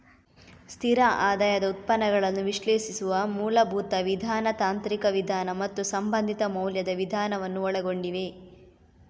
ಸ್ಥಿರ ಆದಾಯದ ಉತ್ಪನ್ನಗಳನ್ನು ವಿಶ್ಲೇಷಿಸುವ ಮೂಲಭೂತ ವಿಧಾನ, ತಾಂತ್ರಿಕ ವಿಧಾನ ಮತ್ತು ಸಂಬಂಧಿತ ಮೌಲ್ಯದ ವಿಧಾನವನ್ನು ಒಳಗೊಂಡಿವೆ